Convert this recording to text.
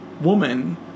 woman